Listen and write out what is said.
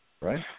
Right